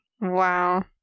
Wow